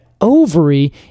ovary